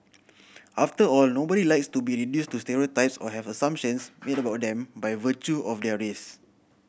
after all nobody likes to be reduced to stereotypes or have assumptions made about them by virtue of their race